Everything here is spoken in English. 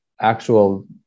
actual